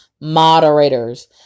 moderators